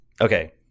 Okay